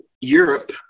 Europe